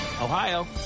Ohio